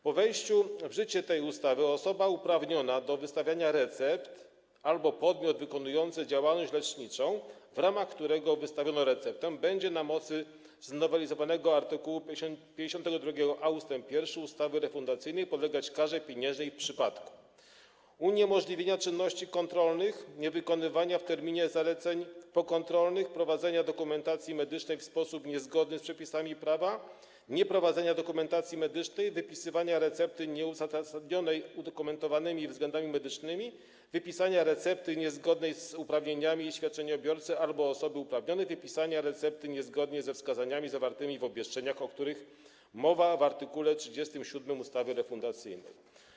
Po wejściu w życie tej ustawy osoba uprawniona do wystawiania recept albo podmiot wykonujący działalność lecznicą, w ramach której wystawiono receptę, będzie na mocy znowelizowanego art. 52a ust. 1 ustawy refundacyjnej podlegać karze pieniężnej w przypadku: uniemożliwienia czynności kontrolnych, niewykonania w terminie zaleceń pokontrolnych, prowadzenia dokumentacji medycznej w sposób niezgodny z przepisami prawa, nieprowadzenia dokumentacji medycznej, wypisania recepty nieuzasadnionej udokumentowanymi względami medycznymi, wypisania recepty niezgodnej z uprawnieniami świadczeniobiorcy albo osoby uprawnionej, wypisania recepty niezgodnie ze wskazaniami zawartymi w obwieszczeniach o których mowa w art. 37 ustawy refundacyjnej.